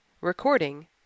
Recording